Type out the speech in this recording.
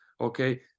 Okay